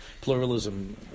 pluralism